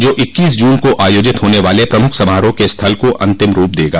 जो इक्कीस जून को आयोजित होने वाले प्रमुख समारोह के स्थल को अंतिम रूप देगा